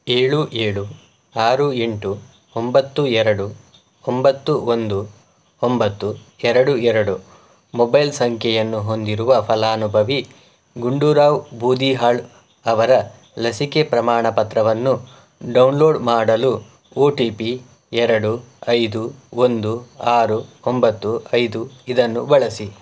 ಏಳು ಏಳು ಆರು ಎಂಟು ಒಂಬತ್ತು ಎರಡು ಒಂಬತ್ತು ಒಂದು ಒಂಬತ್ತು ಎರಡು ಎರಡು ಮೊಬೈಲ್ ಸಂಖ್ಯೆಯನ್ನು ಹೊಂದಿರುವ ಫಲಾನುಭವಿ ಗುಂಡುರಾವ್ ಬೂದಿಹಾಳ್ ಅವರ ಲಸಿಕೆ ಪ್ರಮಾಣ ಪತ್ರವನ್ನು ಡೌನ್ಲೋಡ್ ಮಾಡಲು ಓ ಟಿ ಪಿ ಎರಡು ಐದು ಒಂದು ಆರು ಒಂಬತ್ತು ಐದು ಇದನ್ನು ಬಳಸಿ